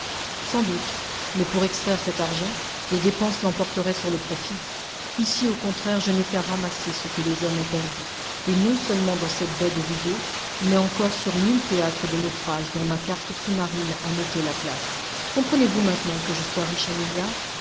sans doute mais pour extraire cet argent les dépenses l'emporteraient sur le profit ici au contraire je n'ai qu'à ramasser ce que les hommes ont perdu et non seulement dans cette baie de vigo mais encore sur mille théâtres de naufrages dont ma carte sous-marine a noté la place comprenez-vous maintenant que je sois riche